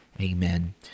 Amen